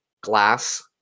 glass